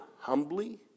humbly